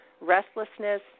restlessness